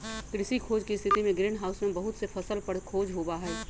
कृषि खोज के स्थितिमें ग्रीन हाउस में बहुत से फसल पर खोज होबा हई